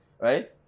right